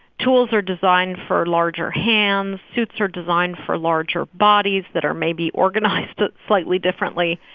tools are designed for larger hands. suits are designed for larger bodies that are maybe organized but slightly differently.